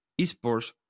eSports